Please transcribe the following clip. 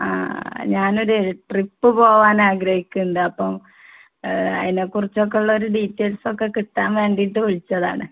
ആ ഞാനൊരു ട്രിപ്പ് പോകാനാഗ്രഹിക്കുന്നുണ്ട് അപ്പം അതിനെക്കുറിച്ചൊക്കെയുള്ളൊരു ഡീറ്റൈൽസൊക്കെ കിട്ടാൻ വേണ്ടീട്ട് വിളിച്ചതാണ്